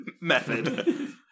method